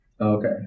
Okay